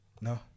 No